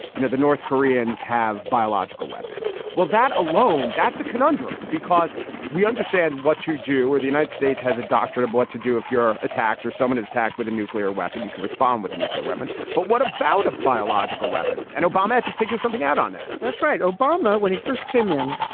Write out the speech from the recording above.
you know, the north koreans have biological weapons. well, that alone, that's a conundrum because we understand what to do, where the united states has a doctrine of what to do. if you're attacked or someone is attacked with a nuclear weapon, you can respond with a nuclear weapon. but what about a biological weapon? and obama had to figure something out on that that's right. obama when he first came in.